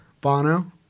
Bono